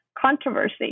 controversy